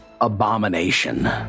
abomination